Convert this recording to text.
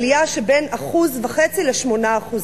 עלייה שבין 1.5% ל-8%.